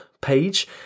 page